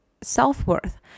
self-worth